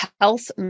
health